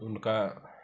उनका